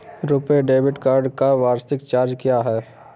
RuPay debit card का वार्षिक charge क्या है?